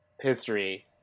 history